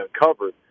uncovered